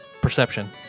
perception